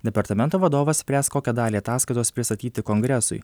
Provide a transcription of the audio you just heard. departamento vadovas spręs kokią dalį ataskaitos pristatyti kongresui